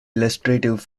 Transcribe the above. illustrative